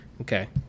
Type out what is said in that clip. okay